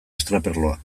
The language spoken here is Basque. estraperloa